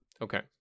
okay